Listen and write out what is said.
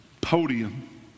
podium